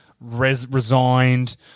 resigned